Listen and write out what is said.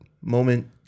moment